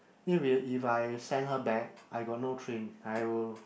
then i~ if I send her back I got no train I will